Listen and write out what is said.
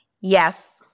Yes